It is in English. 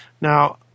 Now